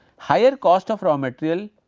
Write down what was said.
higher cost of raw material,